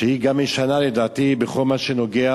שהיא גם משנה את דעתי בכל מה שנוגע